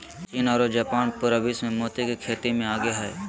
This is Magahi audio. चीन आरो जापान पूरा विश्व मे मोती के खेती मे आगे हय